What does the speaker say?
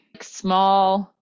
small